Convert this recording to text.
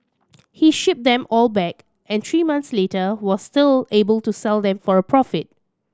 he shipped them all back and three months later was still able to sell them for a profit